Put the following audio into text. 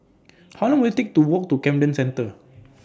How Long Will IT Take to Walk to Camden Centre